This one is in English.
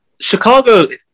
Chicago